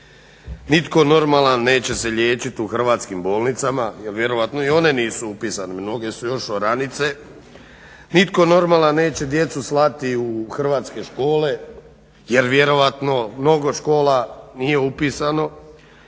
nitko normalan neće se liječiti u hrvatskim bolnicama jer vjerojatno ni one nisu upisane, mnoge su još oranice. Nitko normalan neće djecu slati u hrvatske škole jer vjerojatno mnogo škola nije upisano.